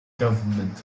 government